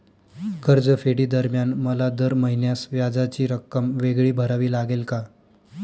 कर्जफेडीदरम्यान मला दर महिन्यास व्याजाची रक्कम वेगळी भरावी लागेल का?